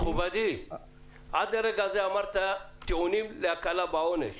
עד עכשיו אמרת טיעונים להקלה בעונש.